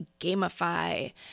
gamify